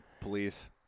police